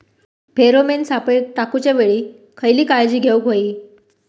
Pheromone सापळे टाकूच्या वेळी खयली काळजी घेवूक व्हयी?